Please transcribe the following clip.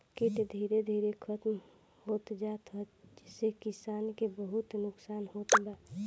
कीट धीरे धीरे खतम होत जात ह जेसे किसान के बहुते नुकसान होत बा